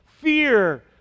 fear